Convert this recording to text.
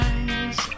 Eyes